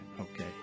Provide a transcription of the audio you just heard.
Okay